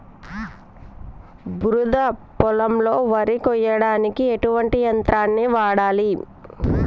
బురద పొలంలో వరి కొయ్యడానికి ఎటువంటి యంత్రాన్ని వాడాలి?